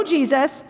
Jesus